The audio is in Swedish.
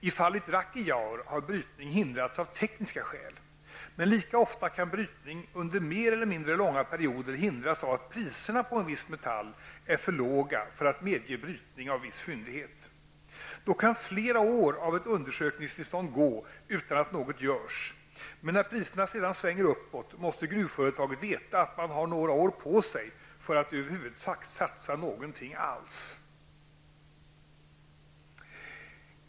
I fallet Rakkijaur har brytning hindrats av tekniska skäl, men lika ofta kan brytning under mer eller mindre långa perioder hindras av att priserna på en viss metall är för låga för att medge brytning av viss fyndighet. Då kan flera år av ett undersökningstillstånd gå utan att något görs, men när priserna sedan svänger uppåt måste gruvföretaget veta att man har några år på sig för att över huvud taget satsa något alls.